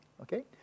Okay